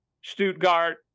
stuttgart